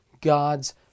God's